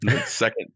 Second